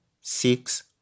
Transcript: six